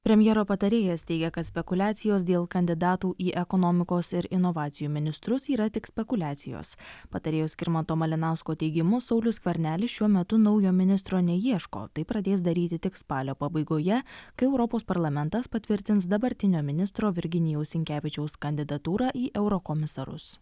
premjero patarėjas teigia kad spekuliacijos dėl kandidatų į ekonomikos ir inovacijų ministrus yra tik spekuliacijos patarėjo skirmanto malinausko teigimu saulius skvernelis šiuo metu naujo ministro neieško tai pradės daryti tik spalio pabaigoje kai europos parlamentas patvirtins dabartinio ministro virginijaus sinkevičiaus kandidatūrą į eurokomisarus